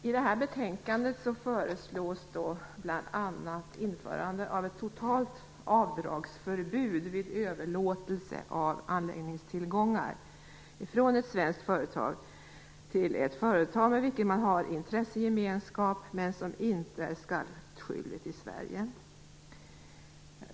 I det här betänkandet föreslås bl.a. ett införande av ett totalt avdragsförbud vid överlåtelse av anläggningstillgångar från ett svenskt företag till ett företag med vilket man har intressegemenskap men som inte är skattskyldigt i Sverige.